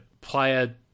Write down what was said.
player